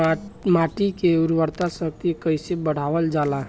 माटी के उर्वता शक्ति कइसे बढ़ावल जाला?